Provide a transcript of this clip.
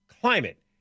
climate